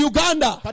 Uganda